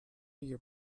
your